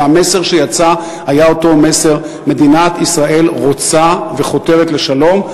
המסר שיצא היה אותו מסר: מדינת ישראל רוצה וחותרת לשלום,